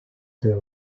the